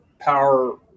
power